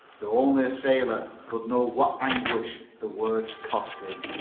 though only a sailor could know what anguish the words cost him.